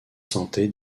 santé